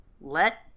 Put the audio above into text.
Let